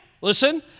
listen